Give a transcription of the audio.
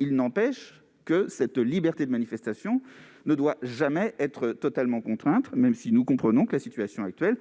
Il n'empêche que cette liberté de manifestation ne doit jamais être totalement contrainte, même si nous comprenons que la situation actuelle